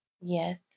Yes